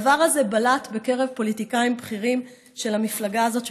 הדבר הזה בלט בקרב פוליטיקאים בכירים של המפלגה הזאת,